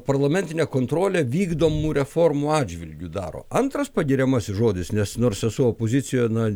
parlamentinę kontrolę vykdomų reformų atžvilgiu daro antras pagiriamasis žodis nes nors esu opozicijoje na